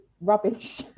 rubbish